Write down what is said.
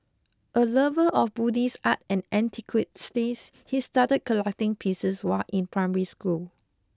a lover of Buddhist art and antiquities he started collecting pieces while in primary school